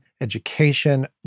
education